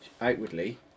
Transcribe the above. outwardly